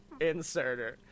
inserter